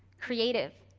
creative.